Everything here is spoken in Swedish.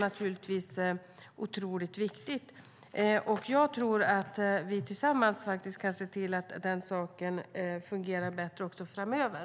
Jag tror att vi tillsammans kan se till att de fungerar bättre framöver.